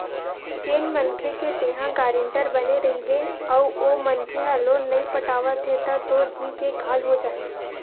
जेन मनखे के तेंहा गारेंटर बने रहिबे अउ ओ मनखे ह लोन नइ पटावत हे त तोर जींव के काल हो जाही